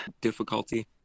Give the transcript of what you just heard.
difficulty